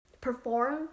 perform